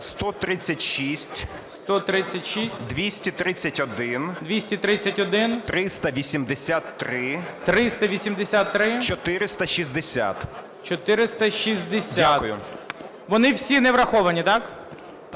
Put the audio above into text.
Вони всі не враховані, так?